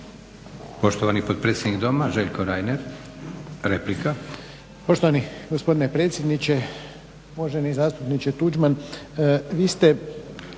Poštovani potpredsjednik Doma Željko Reiner, replika.